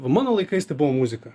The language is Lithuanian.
va mano laikais tai buvo muzika